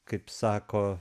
kaip sako